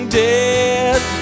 death